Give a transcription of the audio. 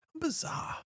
Bizarre